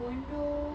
condo